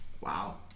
Wow